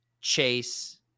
Chase